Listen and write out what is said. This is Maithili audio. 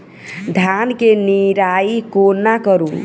धान केँ निराई कोना करु?